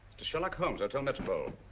to sherlock holmes, hotel metropole.